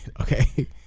Okay